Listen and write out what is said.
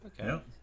okay